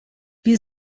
wir